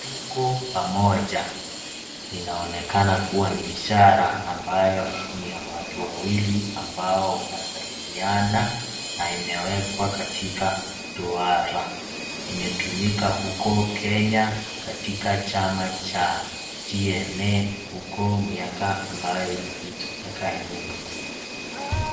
'Tuko pamoja", inaonekana kuwa ni ishar ambayo ni ya watu wawili ambao wanasalimiana na imewekwa katika duara. Imetumika huko Kenya katika chama cha TNA huko miaka ambayo ilipita, miaka ya nyuma